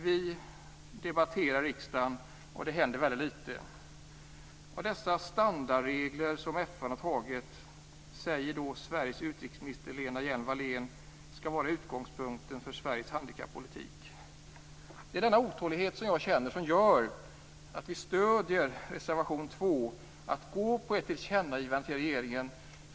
Vi debatterar i riksdagen, men det händer väldigt litet. Dessa standardregler som FN har antagit säger Sveriges utrikesminister Lena Hjelm-Wallén skall var utgångspunkten för Sveriges handikappolitik. Det är denna otålighet som jag känner som gör att vi stöder reservation 2, att gå på ett tillkännagivande till regeringen.